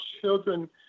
children